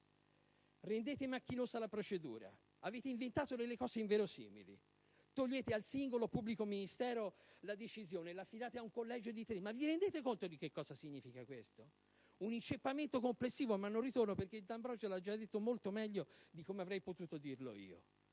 rendendo macchinosa la procedura, avete inventato delle cose inverosimili. Togliete al singolo pubblico ministero la decisione e la affidate ad un collegio di tre membri: ma vi rendete conto di che cosa significa questo? Si tratta di un inceppamento complessivo, su cui non torno, perché il senatore D'Ambrosio l'ha già spiegato molto meglio di come avrei potuto fare io.